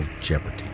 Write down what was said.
jeopardy